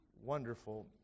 wonderful